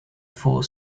four